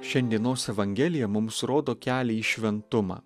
šiandienos evangelija mums rodo kelią į šventumą